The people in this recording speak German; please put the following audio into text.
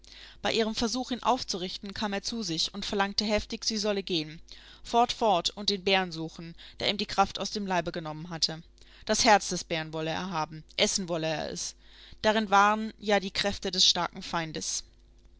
bei ihrem versuch ihn aufzurichten kam er zu sich und verlangte heftig sie solle gehen fort fort und den bären suchen der ihm die kraft aus dem leibe genommen hatte das herz des bären wolle er haben essen wolle er es darin waren ja die kräfte des starken feindes